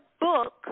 book